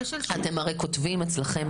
אתם הרי כותבים אצלכם